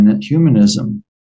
humanism